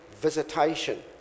visitation